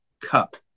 cup